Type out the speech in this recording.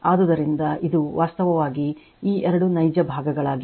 ಆದುದರಿಂದ ಇದು ವಾಸ್ತವವಾಗಿ ಈ 2 ನೈಜ ಭಾಗ ಗಳಾಗಿವೆ